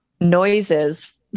noises